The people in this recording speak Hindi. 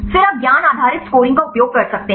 फिर आप ज्ञान आधारित स्कोरिंग का उपयोग कर सकते हैं